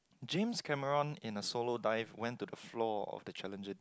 James-Cameron in a solo dive went to the floor of the challenger